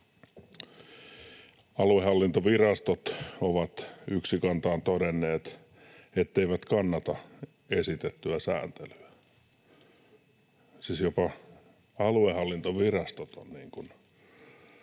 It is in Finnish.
Aluehallintovirastot ovat yksikantaan todenneet, etteivät kannata esitettyä sääntelyä.” Siis jopa aluehallintovirastot ovat tätä